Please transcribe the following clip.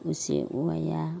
ꯎꯆꯦꯛ ꯋꯥꯌꯥ